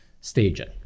staging